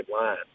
line